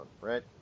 right